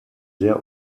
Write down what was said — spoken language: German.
sehr